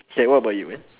K what about you man